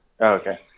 Okay